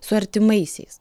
su artimaisiais